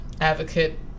advocate